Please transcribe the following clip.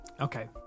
Okay